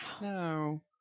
No